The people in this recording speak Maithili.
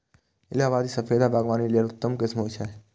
इलाहाबादी सफेदा बागवानी लेल उत्तम किस्म होइ छै